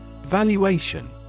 Valuation